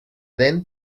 dents